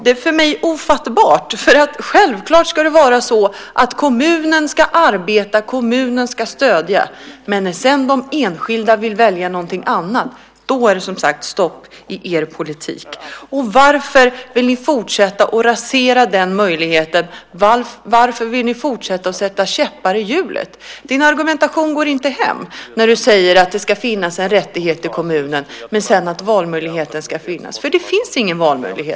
Det är för mig ofattbart. Självklart ska kommunen arbeta och stödja, men om de enskilda vill välja någonting annat är det stopp i er politik. Varför vill ni fortsätta att rasera den möjligheten? Varför vill ni fortsätta att sätta käppar i hjulet? Din argumentation går inte hem när du säger att det ska finnas en rättighet i kommunen och att valmöjligheten ska finnas. Det finns ingen valmöjlighet.